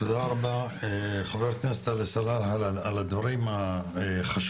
תודה רבה חבר הכנסת עלי סלאלחה על הדברים החשובים,